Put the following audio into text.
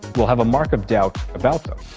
will have a mark of doubt about them.